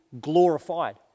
glorified